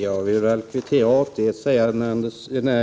Herr talman!